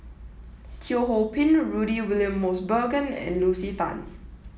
Teo Ho Pin Rudy William Mosbergen and Lucy Tan